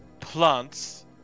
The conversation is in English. Plants